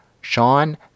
sean